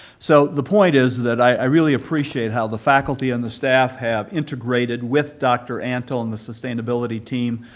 so the point is that i really appreciate how the faculty and the staff have integrated with dr. antle and the sustainability team,